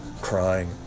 crying